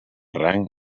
rang